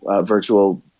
virtual